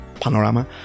panorama